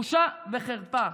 בושה וחרפה.